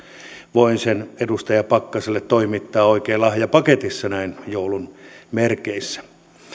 voin sen edustaja pakkaselle toimittaa oikein lahjapaketissa näin joulun merkeissä